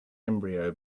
embryo